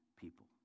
people